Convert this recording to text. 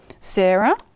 Sarah